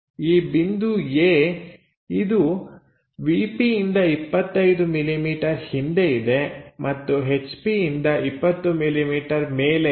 ಈ ಬಿಂದು A ಇದು ವಿಪಿ ಇಂದ 25 ಮಿಲಿಮೀಟರ್ ಹಿಂದೆ ಇದೆ ಮತ್ತು ಹೆಚ್ ಪಿಯಿಂದ 20ಮಿಲಿಮೀಟರ್ ಮೇಲೆ ಇದೆ